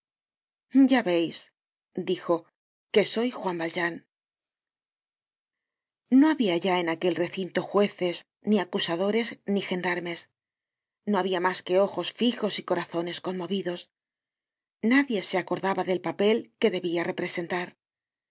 ya veis dijo que soy juan valjean no habia ya en aquel recinto jueces ni acusadores ni gendarmes no habia mas que ojos fijos y corazones conmovidos nadie se acordaba del papel que debia representar